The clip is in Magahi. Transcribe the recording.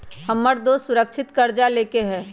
हमर दोस सुरक्षित करजा लेलकै ह